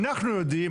אנחנו יודעים,